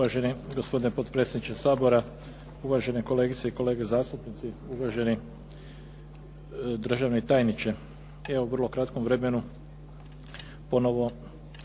Uvaženi gospodine potpredsjedniče Sabora, uvažene kolegice i kolege zastupnici, uvaženi državni tajniče. Evo, u vrlo kratkom vremenu ponovo